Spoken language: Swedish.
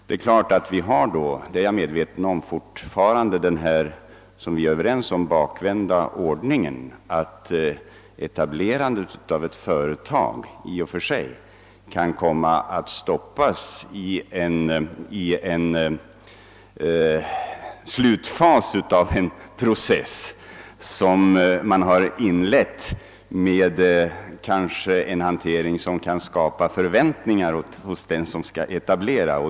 Jag är fortfarande medveten om att vi då har den bakvända ordningen att etablerandet av ett företag i och för sig kan komma att stoppas i en slutfas av en process som man har inlett med en hantering, vilken kanske kan skapa förväntningar hos den som skall etablera.